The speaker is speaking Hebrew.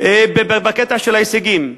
בקטע של ההישגים,